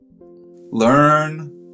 learn